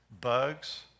bugs